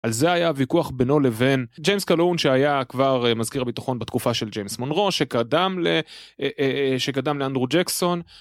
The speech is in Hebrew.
על זה היה ויכוח בינו לבין ג'יימס קלהון שהיה כבר מזכיר הביטחון בתקופה של ג'יימס מונרו, שקדם לאנדרו ג'קסון